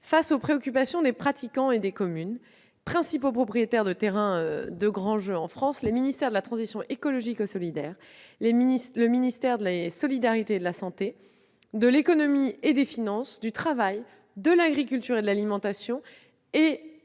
Face aux préoccupations des pratiquants et des communes, principaux propriétaires de terrains de grands jeux dans notre pays, les ministères de la transition écologique et solidaire, des solidarités et de la santé, de l'économie et des finances, du travail, de l'agriculture et de l'alimentation, et